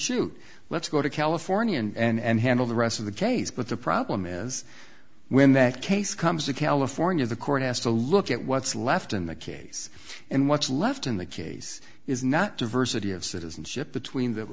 shoot let's go to california and handle the rest of the case but the problem is when that case comes to california the court has to look at what's left in the case and what's left in the case is not diversity of citizenship between the